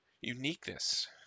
Uniqueness